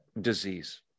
disease